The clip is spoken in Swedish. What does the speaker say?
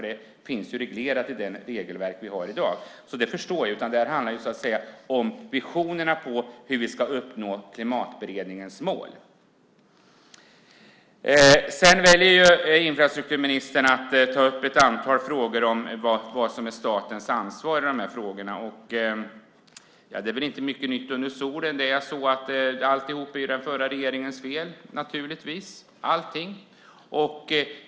Det finns reglerat i det regelverk vi har i dag, så det förstår jag. Men det här handlar ju om visionerna när det gäller hur vi ska uppnå Klimatberedningens mål. Sedan väljer infrastrukturministern att ta upp ett antal frågor om vad som är statens ansvar i de här frågorna. Det är väl inte mycket nytt under solen. Alltihop är naturligtvis den förra regeringens fel.